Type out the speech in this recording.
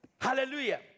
Hallelujah